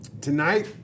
tonight